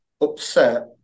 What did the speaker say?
upset